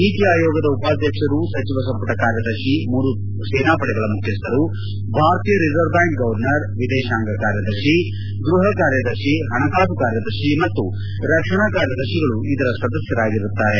ನೀತಿ ಆಯೋಗದ ಉಪಾಧ್ಯಕ್ಷರು ಸಚಿವ ಸಂಪುಟ ಕಾರ್ಯದರ್ಶಿ ಮೂರು ಸೇನಾಪಡೆಗಳ ಮುಖ್ಯಸ್ಥರು ಭಾರತೀಯ ರಿಸರ್ವ್ ಬ್ಲಾಂಕ್ ಗರ್ವಜನರ್ ವಿದೇಶಾಂಗ ಕಾರ್ಯದರ್ಶಿ ಗ್ಲಹ ಕಾರ್ಯದರ್ಶಿ ಹಣಕಾಸು ಕಾರ್ಯದರ್ಶಿ ಮತ್ತು ರಕ್ಷಣಾ ಕಾರ್ಯದರ್ಶಿಗಳು ಇದರ ಸದಸ್ಯರಾಗಿರುತ್ತಾರೆ